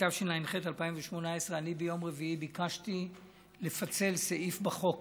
התשע"ח 2018. ביום רביעי ביקשתי לפצל סעיף בחוק